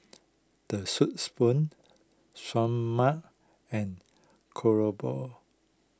the Soup Spoon Seoul Mart and Krobourg